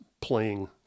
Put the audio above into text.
playing